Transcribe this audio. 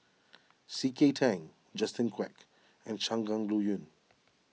C K Tang Justin Quek and Shangguan Liuyun